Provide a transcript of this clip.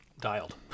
dialed